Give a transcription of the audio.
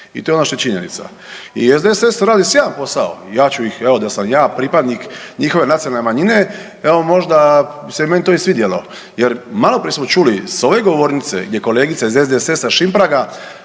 i to je ono što je činjenica. I SDSS radi sjajan posao, ja ću ih, evo da sam ja pripadnik njihove nacionalne manjine evo možda bi se meni to i svidjelo jer maloprije smo čuli s ove govornice gdje je kolegica iz SDSS-a Šimpraga